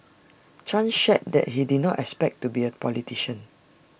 chan shared that he did not expect to be A politician